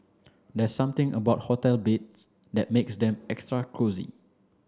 there's something about hotel beds that makes them extra cosy